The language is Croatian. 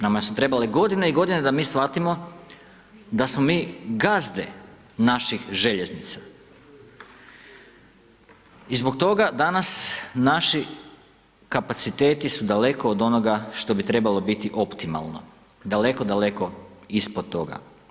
Nama su trebale godine i godine da mi shvatimo da smo mi gazde naših željeznica i zbog toga danas naši kapaciteti su daleko od onoga što bi trebalo biti optimalno, daleko, daleko ispod toga.